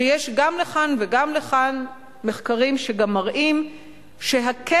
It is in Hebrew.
שיש גם לכאן וגם לכאן מחקרים שגם מראים את הקשר,